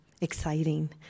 exciting